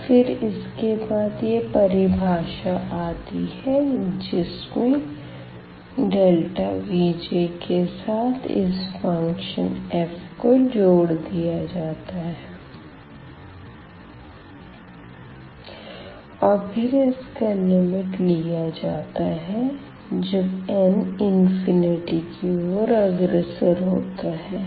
और फिर इसके बाद यह परिभाषा आती है जिस मे Vj के साथ इस फ़ंक्शन f को जोड़ दिया जाता है और फिर इसकी लिमिट लिया जाता है जब n इंफिनिटी की ओर अग्रसर होता है